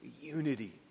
unity